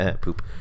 poop